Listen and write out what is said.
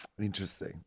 Interesting